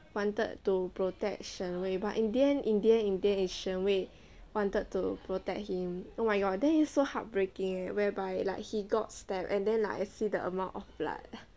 wanted to protect 沈巍 but in the end in the end in the end is 沈巍 wanted to protect him oh my god then it's so heartbreaking eh whereby like he got stabbed and then like I see the amount of blood